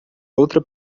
outra